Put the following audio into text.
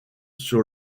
sur